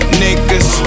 niggas